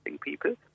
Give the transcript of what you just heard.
People